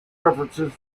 references